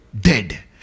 dead